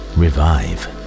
revive